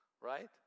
Right